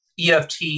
EFT